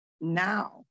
now